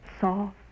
Soft